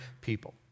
people